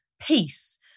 peace